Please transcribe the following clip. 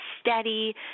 steady